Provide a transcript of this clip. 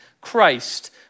Christ